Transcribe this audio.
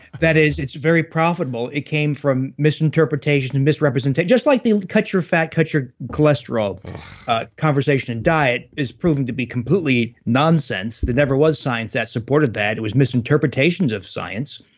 that is it's very profitable. it came from misinterpretations and misinterpretations just like the cut your fat, cut your cholesterol ah conversation and diet is proven to be completely nonsense. there never was science that supported that it was misinterpretations of science,